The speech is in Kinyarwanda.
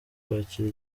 kwakira